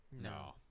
no